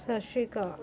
ਸਤਿ ਸ਼੍ਰੀ ਅਕਾਲ